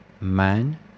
man